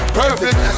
perfect